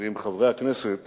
ועם חברי הכנסת